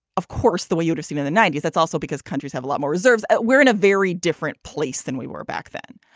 of course the way you're seeing in the ninety s that's also because countries have a lot more reserves. we're in a very different place than we were back then